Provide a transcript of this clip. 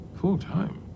Full-time